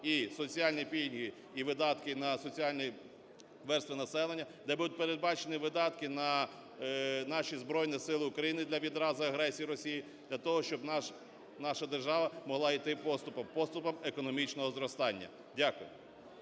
і соціальні пільги, і видатки на соціальні верстви населення, де будуть передбачені видатки на наші Збройні Сили України для відрази агресії Росії. Для того, щоб наша держава могла йти поступом, поступом економічного зростання. Дякую.